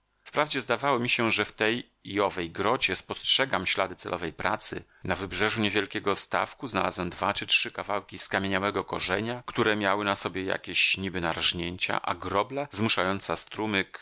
przypuszczeń wprawdzie zdawało mi się że w tej i owej grocie spostrzegam ślady celowej pracy na wybrzeżu niewielkiego stawku znalazłem dwa czy trzy kawałki skamieniałego korzenia które miały na sobie jakieś niby narznięcia a grobla zmuszająca strumyk